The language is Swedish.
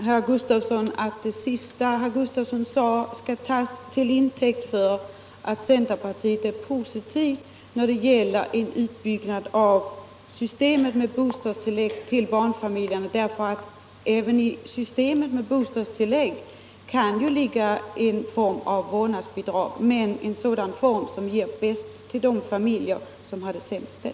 Herr talman! Jag hoppas att det herr Gustavsson i Alvesta sade senast kan tas till intäkt för att centerpartiet är positivt när det gäller en utbyggnad av systemet med bostadstillägg till barnfamiljerna. Även i systemet med bostadstillägg kan det ju ligga en form av vårdnadsbidrag, men en sådan form som ger mest till de familjer som har det sämst ställt.